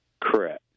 correct